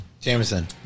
Jameson